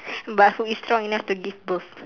but who is strong enough to give birth